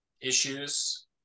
issues